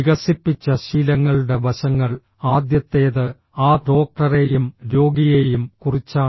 വികസിപ്പിച്ച ശീലങ്ങളുടെ വശങ്ങൾ ആദ്യത്തേത് ആ ഡോക്ടറെയും രോഗിയെയും കുറിച്ചാണ്